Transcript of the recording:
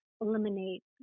eliminate